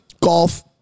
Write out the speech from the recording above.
golf